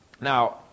Now